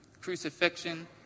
crucifixion